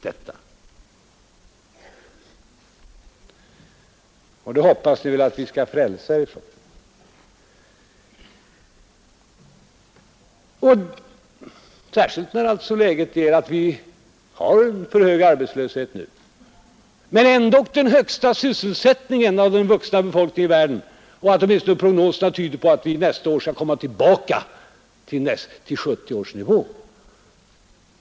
Den situationen hoppas jag att vi skall kunna frälsa er ifrån, särskilt när läget är sådant att vi har för hög arbetslöshet. Ändå har vi den högsta sysselsättningen i världen bland den vuxna befolkningen, och prognoserna tyder på att vi nästa år skall vara tillbaka till 1970 års nivå.